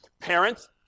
Parents